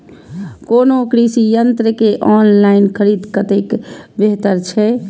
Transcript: कोनो कृषि यंत्र के ऑनलाइन खरीद कतेक बेहतर छै?